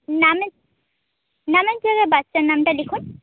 নামের নামের জায়গায় বাচ্চার নামটা লিখুন